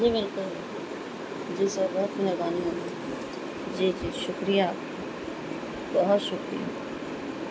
جی بالکل جی سر بہت مہربانی ہوگی جی جی شکریہ بہت شکریہ